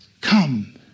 come